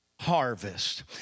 harvest